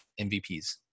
MVPs